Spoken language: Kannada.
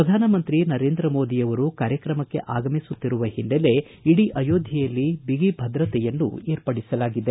ಪ್ರಧಾನ ಮಂತ್ರಿ ನರೇಂದ್ರಮೋದಿಯವರು ಕಾರ್ಯತ್ರಮಕ್ಕೆ ಆಗಮಿಸುತ್ತಿರುವ ಹಿನ್ನೆಲೆ ಇಡೀ ಅಯೋಧ್ವೆಯಲ್ಲಿ ಬಿಗಿ ಭದ್ರತೆಯನ್ನು ಏರ್ಪಡಿಸಲಾಗಿದೆ